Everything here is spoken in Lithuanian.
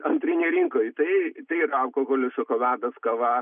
antrinėj rinkoj tai tai yra alkoholis šokoladas kava